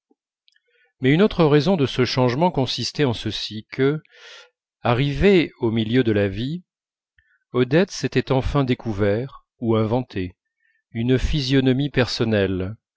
mais une autre raison de ce changement consistait en ceci que arrivée au milieu de la vie odette s'était enfin découvert ou inventé une physionomie personnelle